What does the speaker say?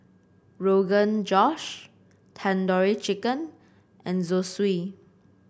Rogan Josh Tandoori Chicken and Zosui